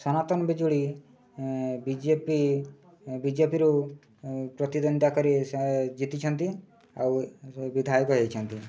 ସନାତନ Bijuli BJP ବିଜେପିରୁ ପ୍ରତିଦ୍ୱନ୍ଦିତା କରି ଜିତିଛନ୍ତି ଆଉ ବିଧାୟକ ହେଇଛନ୍ତି